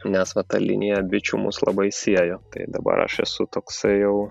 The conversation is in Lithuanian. nes va ta linija bičių mus labai siejo tai dabar aš esu toksai jau